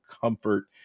comfort